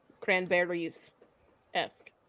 Cranberries-esque